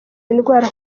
indwara